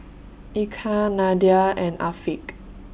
Eka Nadia and Afiq